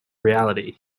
reality